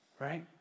right